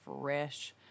fresh